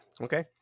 Okay